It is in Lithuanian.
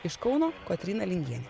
iš kauno kotryna lingienė